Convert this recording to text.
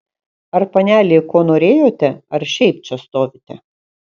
ar panelė ko norėjote ar šiaip čia stovite